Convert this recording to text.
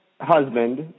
husband